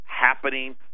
happening